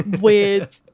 weird